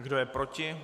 Kdo je proti?